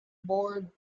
board